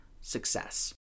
success